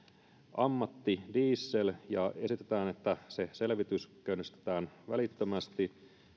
ammattidiesel ja esitetään että se selvitys käynnistetään välittömästi